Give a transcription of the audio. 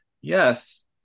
yes